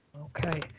Okay